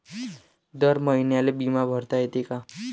दर महिन्याले बिमा भरता येते का?